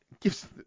gives